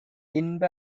இன்ப